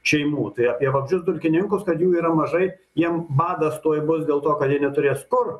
šeimų tai apie vabzdžius dulkininkus kad jų yra mažai jiem badas tuoj bus dėl to kad neturės kur